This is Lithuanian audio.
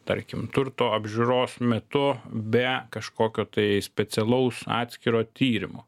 tarkim turto apžiūros metu be kažkokio tai specialaus atskiro tyrimo